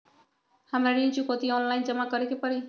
हमरा ऋण चुकौती ऑनलाइन जमा करे के परी?